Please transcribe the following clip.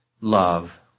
love